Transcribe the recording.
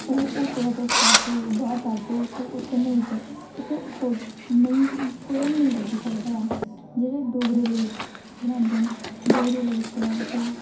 ओह् होर कुतै तुस जाह्गे ओ बाहर जाह्गे ओ उत्थै नेईंं उत्थे नेई कुतै बी नेई लब्भी सकदा ऐ जेह्ड़े डोगरे लोक बनांदे न डोगरे लोकें दा ते